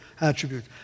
attribute